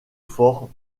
fort